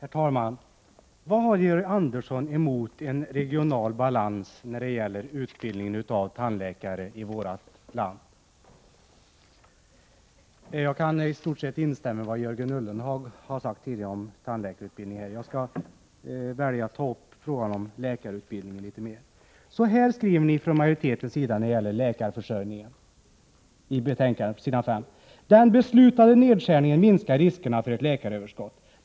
Herr talman! Vad har Georg Andersson emot en regional balans när det gäller tandläkarutbildningen i vårt land? I stort sett instämmer jag i vad Jörgen Ullenhag tidigare har sagt om tandläkarutbildningen. Jag väljer därför att litet mera ingående ta upp frågan om läkarutbildningen. På s. 5 i betänkandet säger utskottsmajoriteten: ”Den beslutade nedskärningen minskar riskerna för ett läkaröverskott.